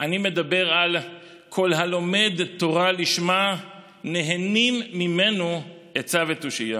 אני מדבר על כל הלומד תורה לשמה נהנים ממנו עצה ותושייה.